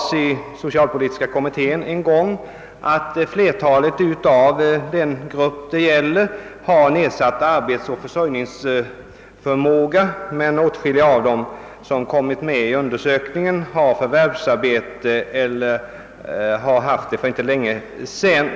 Socialpolitiska kommittén har framhållit att flertalet i den grupp det gäller har nedsatt arbetsoch försörjningsförmåga men att åtskilliga av dem som kommit med i undersökningen har eller har haft förvärvsarbete för inte länge sedan.